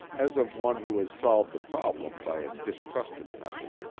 as of one who has solved a problem by a distrusted method.